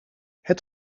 het